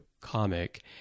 comic